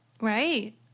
Right